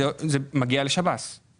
זה מגיע לשירות בתי הסוהר.